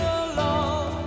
alone